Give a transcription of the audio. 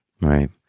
Right